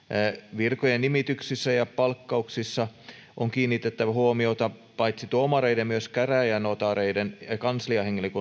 virkojen nimityksissä ja palkkauksissa on kiinnitettävä huomiota paitsi tuomareiden myös käräjänotaareiden ja kansliahenkilöstön